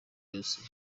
yose